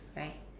right